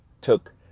took